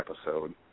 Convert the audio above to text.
episode